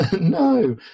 No